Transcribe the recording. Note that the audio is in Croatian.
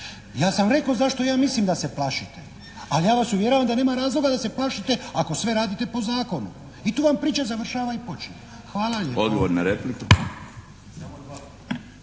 Ja sam rekao zašto ja mislim da se plašite, ali ja vas uvjeravam da nema razloga da se plašite ako sve radite po zakonu i tu vam priča završava i počinje. Hvala lijepo. **Milinović,